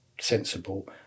sensible